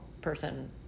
person